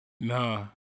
Nah